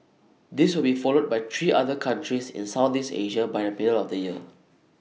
this will be followed by three other countries in Southeast Asia by the middle of the year